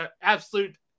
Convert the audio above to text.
absolute